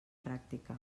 pràctica